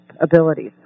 abilities